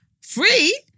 Free